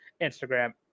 Instagram